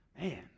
Man